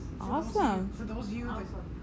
Awesome